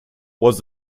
was